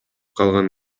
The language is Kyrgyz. калган